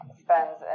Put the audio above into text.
spends